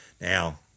now